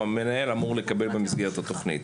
המנהל אמור לקבל 100% במסגרת התכנית.